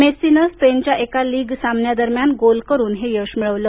मैसीनं स्पेनच्या एका लीग सामन्यादरम्यान गोल करून हे यश मिळवलं